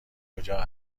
کجا